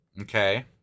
Okay